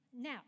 Now